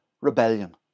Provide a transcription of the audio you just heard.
rebellion